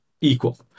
equal